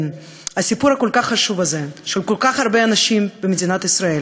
הסיפור הכל-כך חשוב הזה של כל כך הרבה אנשים במדינת ישראל